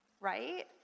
right